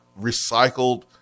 recycled